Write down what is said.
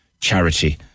Charity